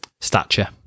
Stature